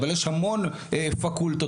אבל יש המון פקולטות,